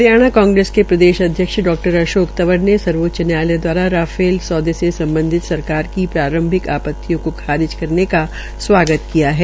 हरियाणा कांग्रेस के प्रदेशाध्यक्ष डा अशोक तंवर ने सर्वोच्च न्यायालय द्वारा राफ़ेल सौदे से सम्बधित सरकार की प्रांरभिक आपतियों को खारिज करने का स्वागत किया है